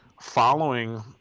following